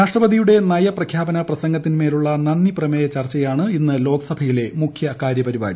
രാഷ്ട്രപതിയുടെ നയപ്രഖ്യാപന പ്രസംഗത്തിന്മേലുള്ള നന്ദിപ്രമേയ ചർച്ചയാണ് ഇന്ന് ലോക്സഭയിലെ മുഖ്യ കാര്യപരിപാടി